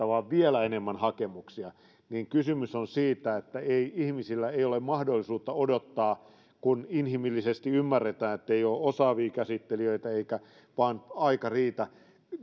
vaan vielä enemmän hakemuksia niin kysymys on siitä että ihmisillä ei ole mahdollisuutta odottaa kun inhimillisesti ymmärretään että ei ole osaavia käsittelijöitä eikä aika vain riitä